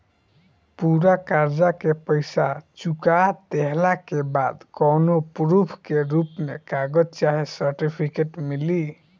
पूरा कर्जा के पईसा चुका देहला के बाद कौनो प्रूफ के रूप में कागज चाहे सर्टिफिकेट मिली?